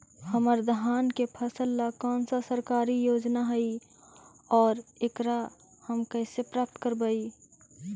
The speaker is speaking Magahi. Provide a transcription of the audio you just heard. हमर धान के फ़सल ला कौन सा सरकारी योजना हई और एकरा हम कैसे प्राप्त करबई?